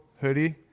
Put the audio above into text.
hoodie